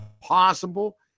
possible